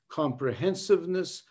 comprehensiveness